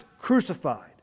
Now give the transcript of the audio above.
crucified